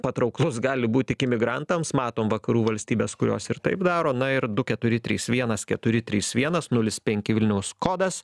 patrauklus gali būt tik imigrantams matom vakarų valstybės kurios ir taip daro na ir du keturi trys vienas keturi trys vienas nulis penki vilniaus kodas